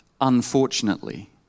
unfortunately